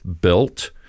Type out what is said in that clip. built